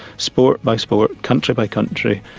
sport by sport, country by country,